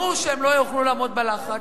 ברור שהם לא יוכלו לעמוד בלחץ.